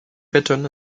button